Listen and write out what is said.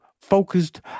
focused